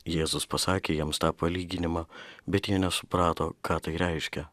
jėzus pasakė jiems tą palyginimą bet jie nesuprato ką tai reiškia